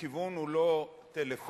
הכיוון הוא לא טלפונים,